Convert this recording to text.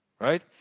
right